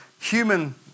human